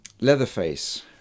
Leatherface